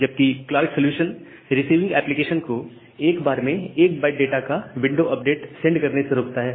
जबकि Clark solution receiving application को एक बार में 1 बाइट डाटा का विंडो अपडेट सेंड करने से रोकता है